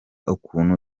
ukuntu